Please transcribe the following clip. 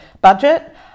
budget